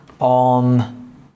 on